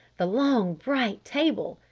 the long, bright table!